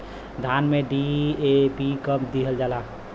धान में डी.ए.पी कब दिहल जाला?